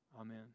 Amen